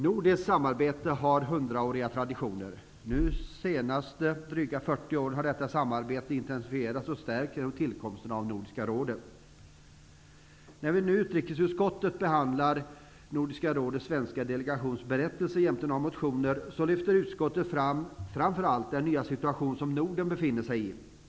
Nordiskt samarbete har hundraåriga traditioner. De senaste dryga 40 åren har detta samarbete intensifierats och stärkts genom tillkomsten av Nordiska rådet. När nu utrikesutskottet behandlar Nordiska rådets svenska delegations berättelse jämte några motioner, lyfter utskottet framför allt fram den nya situation som Norden befinner sig i.